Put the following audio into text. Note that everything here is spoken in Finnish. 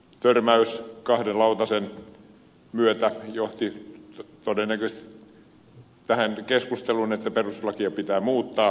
törmäys kahden lautasen myötä johti todennäköisesti tähän keskusteluun että perustuslakia pitää muuttaa